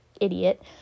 idiot